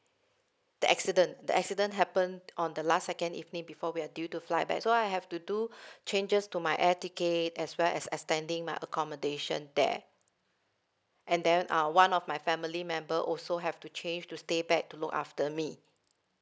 the accident the accident happened on the last second evening before we are due to fly back so I have to do changes to my air ticket as well as extending my accommodation there and then uh one of my family member also have to change to stay back to look after me